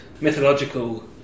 mythological